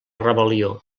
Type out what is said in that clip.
rebel·lió